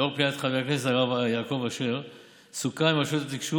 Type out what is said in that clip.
לאור פניית חבר הכנסת הרב יעקב אשר סוכם עם רשות התקשוב